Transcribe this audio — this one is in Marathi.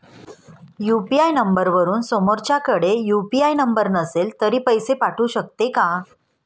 यु.पी.आय नंबरवरून समोरच्याकडे यु.पी.आय नंबर नसेल तरी पैसे पाठवू शकते का?